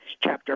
Chapter